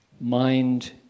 mind